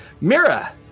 Mira